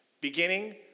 Beginning